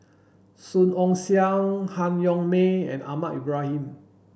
Song Ong Siang Han Yong May and Ahmad Ibrahim